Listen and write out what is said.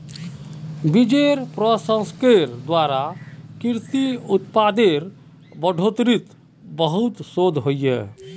बिजेर प्रसंस्करनेर द्वारा कृषि उत्पादेर बढ़ोतरीत बहुत शोध होइए